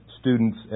students